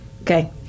Okay